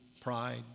pride